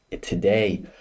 today